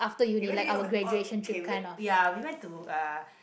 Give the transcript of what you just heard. okay where do you ok~ ya we went to uh